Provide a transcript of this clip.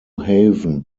haven